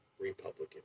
Republican